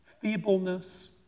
feebleness